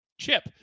Chip